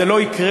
זה לא יקרה.